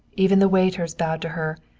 even the waiters bowed to her,